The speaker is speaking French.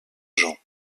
jean